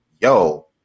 yo